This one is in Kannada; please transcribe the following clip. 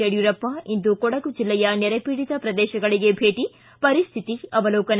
ಯಡಿಯೂರಪ್ಪ ಇಂದು ಕೊಡಗು ಜಿಲ್ಲೆಯ ನೆರೆಪೀಡಿತ ಪ್ರದೇಶಗಳಗೆ ಭೇಟಿ ಪರಿಸ್ವಿತಿ ಅವಲೋಕನ